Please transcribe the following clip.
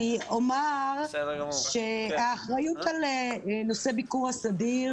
אני אומר שהאחריות על נושא ביקור הסדיר,